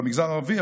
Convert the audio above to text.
במגזר הערבי,